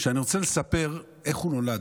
שאני רוצה לספר איך הוא נולד.